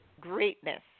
greatness